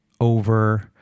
over